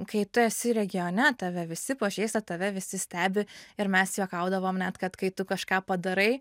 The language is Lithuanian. kai tu esi regione tave visi pažįsta tave visi stebi ir mes juokaudavom net kad kai tu kažką padarai